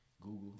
Google